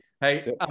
Hey